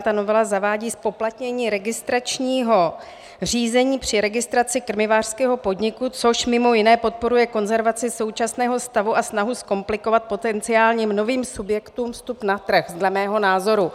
Ta novela zavádí zpoplatnění registračního řízení při registraci krmivářského podniku, což mimo jiné podporuje konzervaci současného stavu a snahu zkomplikovat potenciálním novým subjektům vstup na trh dle mého názoru.